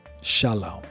Shalom